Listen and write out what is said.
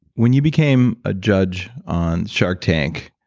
when you became a judge on shark tank,